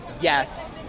Yes